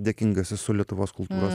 dėkingas esu lietuvos kultūros